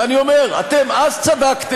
ואני אומר: אתם אז צדקתם,